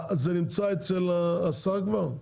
בסדר זה נמצא אצל השר כבר.